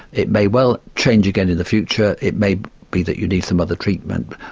it may well change again in the future, it may be that you need some other treatment.